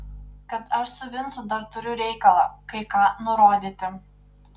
kad aš su vincu dar turiu reikalą kai ką nurodyti